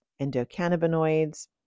endocannabinoids